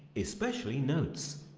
especially notes.